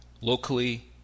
locally